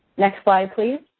next slide, please.